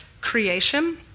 creation